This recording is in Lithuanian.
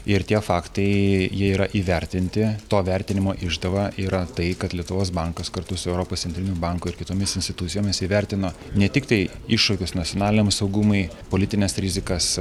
ir tie faktai jie yra įvertinti to vertinimo išdava yra tai kad lietuvos bankas kartu su europos centriniu banku ir kitomis institucijomis įvertino ne tiktai iššūkius nacionaliniam saugumui politines rizikas